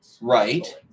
Right